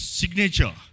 signature